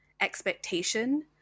expectation